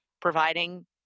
providing